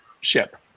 ship